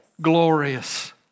Glorious